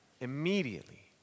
immediately